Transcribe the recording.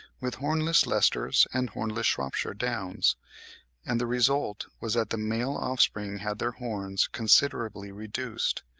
with hornless leicesters and hornless shropshire downs and the result was that the male offspring had their horns considerably reduced,